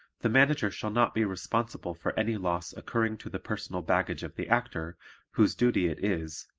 the manager shall not be responsible for any loss occurring to the personal baggage of the actor whose duty it is,